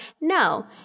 no